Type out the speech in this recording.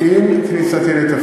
זה כלום.